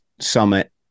summit